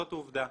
זאת עובדה.